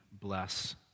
bless